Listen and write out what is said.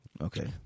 Okay